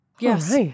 yes